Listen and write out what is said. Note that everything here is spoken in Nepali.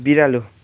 बिरालो